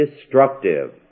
destructive